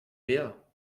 mehr